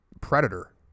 predator